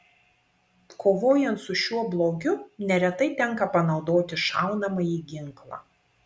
kovojant su šiuo blogiu neretai tenka panaudoti šaunamąjį ginklą